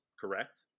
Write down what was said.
correct